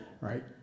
right